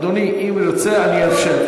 אדוני, אם ירצה, אני אאפשר.